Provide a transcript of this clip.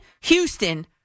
Houston